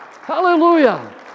Hallelujah